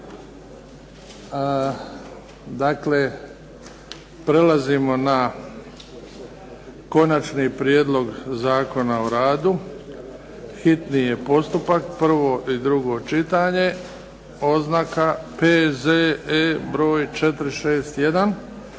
Dakle, prelazimo na - Konačni prijedlog zakona o radu, hitni postupak, prvo i drugo čitanje, P.Z.E. br. 461.